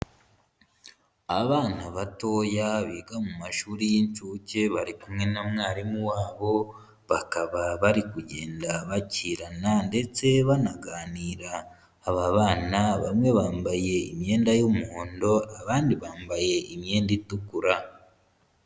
Abana batoya biga mu mashuri y'inshuke bari kumwe na mwarimu wabo, bakaba bari kugenda bakirana ndetse banaganira. Aba bana bamwe bambaye imyenda y'umuhondo, abandi bambaye imyenda itukura.